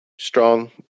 Strong